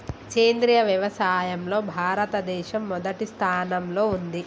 సేంద్రియ వ్యవసాయంలో భారతదేశం మొదటి స్థానంలో ఉంది